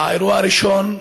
האירוע הראשון,